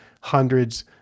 hundreds